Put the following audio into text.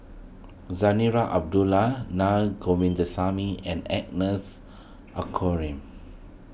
Zarinah Abdullah Na Govindasamy and Agnes